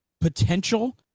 potential